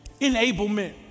enablement